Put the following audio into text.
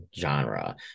genre